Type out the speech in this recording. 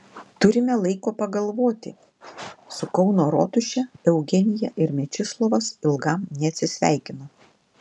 turime laiko pagalvoti su kauno rotuše eugenija ir mečislovas ilgam neatsisveikino